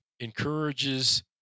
encourages